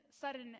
sudden